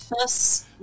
first